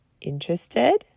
Interested